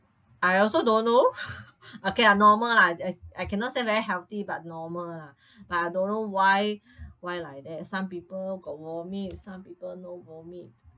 I also don't know okay lah normal lah as I cannot say very healthy but normal lah I don't know why why like that some people got vomit some people no vomit